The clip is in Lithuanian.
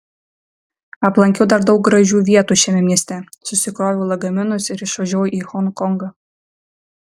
aplankiau dar daug gražių vietų šiame mieste susikroviau lagaminus ir išvažiavau į honkongą